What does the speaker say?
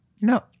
No